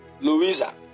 louisa